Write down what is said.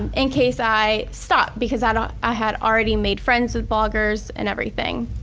in case i stopped because and i had already made friends with bloggers and everything.